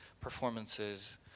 performances